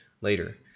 later